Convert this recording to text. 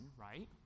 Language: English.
right